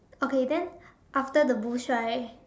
okay then after the bush right